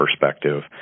perspective